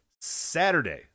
Saturday